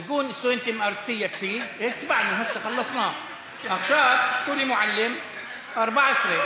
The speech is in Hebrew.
להמשך דיון ולהכנה לקריאה שנייה ושלישית בוועדת החינוך.